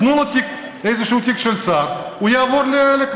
תנו לו איזשהו תיק של שר, הוא יעבור לממשלה.